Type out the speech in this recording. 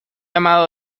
amado